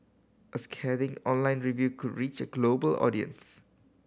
a scathing online review could reach a global audience